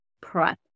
prep